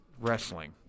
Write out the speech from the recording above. Wrestling